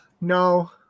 no